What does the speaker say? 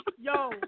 Yo